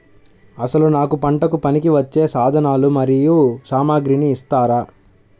అసలు నాకు పంటకు పనికివచ్చే సాధనాలు మరియు సామగ్రిని ఇస్తారా?